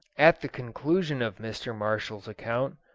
at the conclusion of mr. marshall's account,